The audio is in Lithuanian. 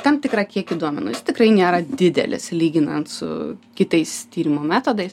tam tikrą kiekį duomenų jis tikrai nėra didelis lyginant su kitais tyrimo metodais